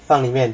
放里面